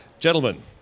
Gentlemen